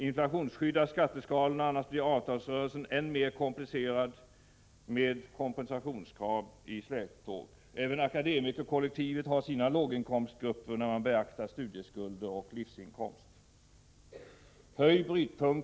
Inflationsskydda skatteskalorna, annars blir avtalsrörelsen än mer komplicerad med kompensationskrav i släptåg. Även akademikerkollektivet har sina låginkomstgrupper när man beaktar studieskulder och livsinkomst.